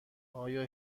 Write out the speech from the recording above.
آیا